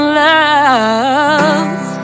love